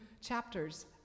chapters